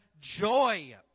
joy